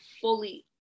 fully